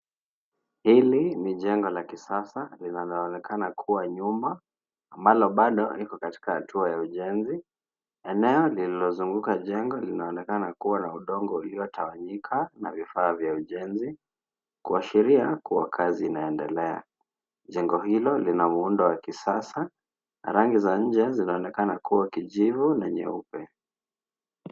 Hili ni jengo la kisasa linaloonekana kuwa nyuma, ambalo bado liko katika hatua za ujenzi. Eneo lililozunguka jengo linaonekana kuwa na udongo uliotawanyika na vifaa vya ujenzi kuashiria kuwa kazi inaendelea. Jengo hilo ni na muundo wa kisasa na rangi za nje zinaonekana kuwa kijivu na nyeupe